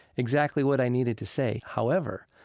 exactly what i needed to say. however,